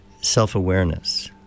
self-awareness